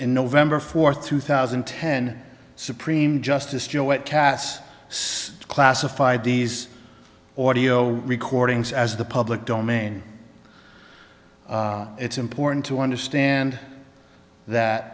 in november fourth two thousand and ten supreme justice to what cass classified these audio recordings as the public domain it's important to understand that